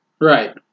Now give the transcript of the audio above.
Right